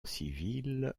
civile